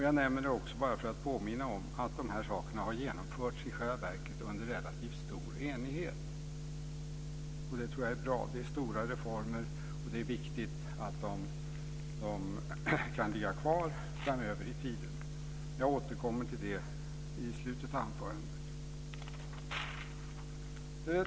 Jag nämner det bara för att påminna om att dessa saker i själva verket har genomförts under relativt stor enighet. Det tror jag är bra. Det är stora reformer, och det är viktigt att de kan ligga kvar framöver i tiden. Jag åtkommer till det i slutet av anförandet.